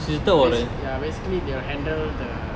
ya basically they will handle the